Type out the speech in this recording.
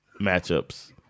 matchups